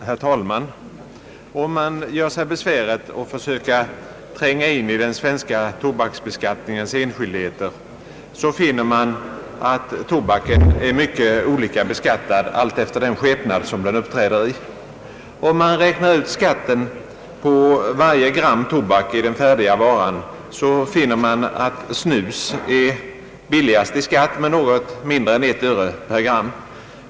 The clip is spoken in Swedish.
Herr talman! Om man gör sig besväret att försöka tränga in i den svenska tobaksbeskattningens enskildheter, så upptäcker man att tobaken är mycket olika beskattad alltefter den skepnad som den uppträder i. Om man räknar ut skatten på varje gram tobak i den färdiga varan, så finner man att snus är billigast i skatt med något mindre än ett öre per gram.